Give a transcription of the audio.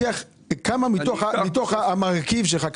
כמה אחוזים מתוך המרכיב שלך?